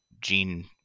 gene